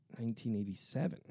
1987